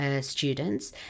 students